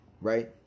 right